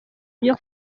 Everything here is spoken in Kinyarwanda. byo